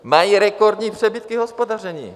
Mají rekordní přebytky v hospodaření.